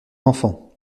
enfant